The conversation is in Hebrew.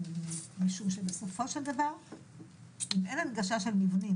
הסברים טובים ובחלקן אין לי הסברים טובים.